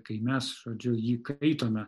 kai mes žodžiu jį kaitome